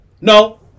No